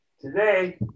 Today